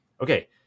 okay